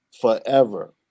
forever